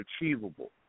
achievable